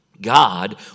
God